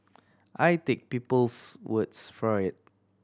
I take people's words for it